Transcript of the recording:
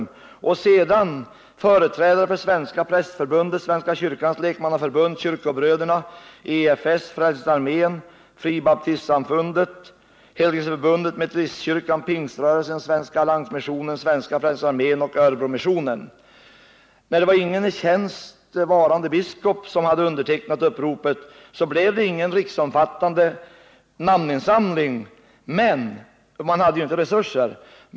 I' uppropet instämde sedan företrädare för Svenska prästförbundet, Svenska kyrkans lekmannaförbund kyrkobröderna, EFS, Frälsningsarmén, Helgelseförbundet, Metodistkyrkan, Pingströrelsen, Svenska alliansmissionen, Svenska frälsningsarmén och Örebromissionen. Ingen i tjänst varande biskop hade undertecknat uppropet, och det blev därför ingen riksomfattande namninsamling, eftersom erforderliga resurser saknades.